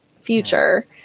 future